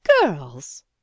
Girls